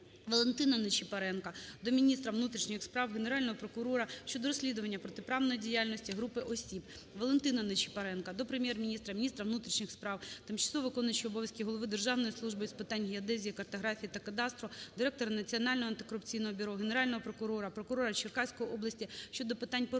ВалентинаНичипоренка до міністра внутрішніх справ, Генерального прокурора щодо розслідування протиправної діяльності групи осіб. ВалентинаНичипоренка до Прем'єр-міністра, міністра внутрішніх справ, тимчасово виконуючого обов'язки голови Державної служби з питань геодезії, картографії та кадастру, директора Національного антикорупційного бюро, Генерального прокурора, прокурора Черкаської області щодо питань порушення